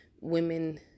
women